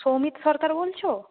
সৌমিত সরকার বলছ